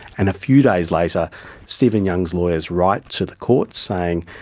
and a few days later stephen young's lawyers write to the court saying,